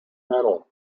metal